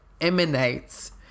emanates